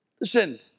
listen